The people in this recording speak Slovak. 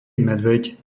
medveď